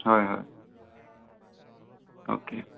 হয় হয় অ'কে